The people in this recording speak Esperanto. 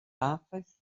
pafas